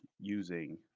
using